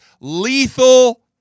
lethal